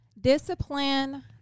Discipline